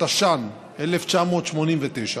התש"ן 1989,